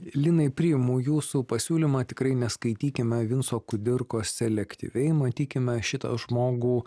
linai priimu jūsų pasiūlymą tikrai neskaitykime vinco kudirkos selektyviai matykime šitą žmogų